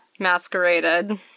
masqueraded